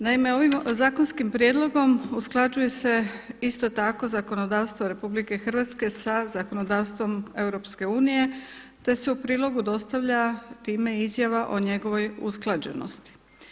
Naime ovim zakonskim prijedlogom usklađuje se isto tako zakonodavstvo RH sa zakonodavstvom EU te se u prilogu dostavlja time izjava o njegovoj usklađenosti.